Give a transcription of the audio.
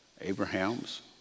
Abraham's